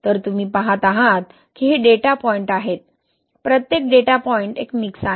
तर तुम्ही पहात आहात की हे डेटा पॉइंट आहेत प्रत्येक डेटा पॉइंट एक मिक्स आहे